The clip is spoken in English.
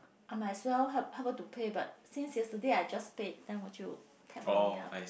I might as well help help her to pay but since yesterday I just paid then would you tap on me ah